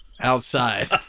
outside